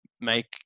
make